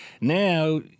Now